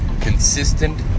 consistent